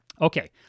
Okay